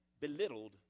belittled